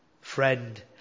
Friend